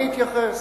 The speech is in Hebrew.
אני אתייחס.